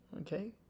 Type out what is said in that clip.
Okay